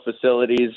facilities